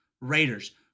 Raiders